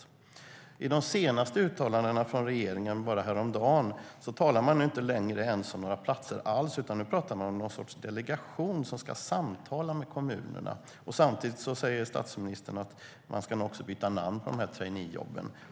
I de senaste uttalandena från regeringen - bara häromdagen - talar man inte längre ens om några platser alls, utan nu pratar man om någon sorts delegation som ska samtala med kommunerna. Samtidigt säger statsministern att man nu ska byta namn på traineejobben.